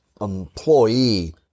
employee